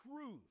truth